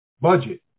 budget